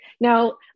Now